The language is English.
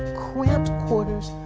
cramped quarters.